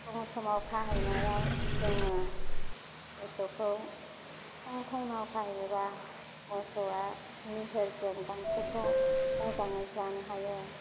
फुं समाव खाहैनायाव जोङो मोसौखौ फुं फुङाव खाहैबा मोसौआ निहोरजों गांसोखौ मोजाङै जानो हायो